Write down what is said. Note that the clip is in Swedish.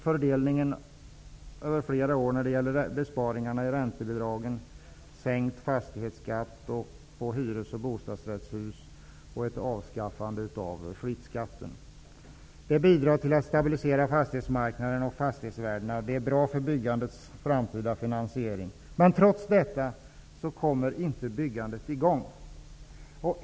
Fördelningen över flera år av besparingarna i räntebidragen, sänkt fastighetsskatt på hyres och bostadsrättshus och ett avskaffande av flyttskatten bidrar till att stabilisera fastighetsmarknaden och fastighetsvärdena, och det är bra för byggandets framtida finansiering. Men trots detta kommer byggandet inte i gång.